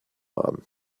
haben